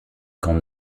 qu’en